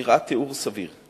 נראה תיאור סביר.